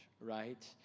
right